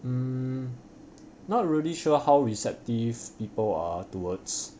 mm not really sure how receptive people are towards